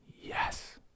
Yes